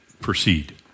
proceed